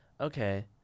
okay